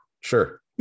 sure